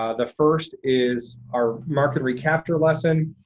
ah the first is our mark recapture lesson.